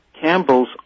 Campbell's